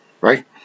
right